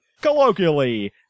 colloquially